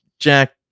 Jack